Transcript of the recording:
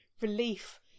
relief